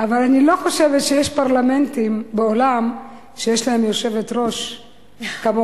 אבל אני לא חושבת שיש פרלמנטים בעולם שיש להם יושבת-ראש כמוך.